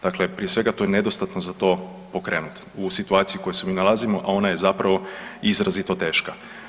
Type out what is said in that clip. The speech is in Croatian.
Dakle, prije svega, to je nedostatno za to pokrenuti u situaciji u kojoj se mi nalazimo, a ona je zapravo izrazito teška.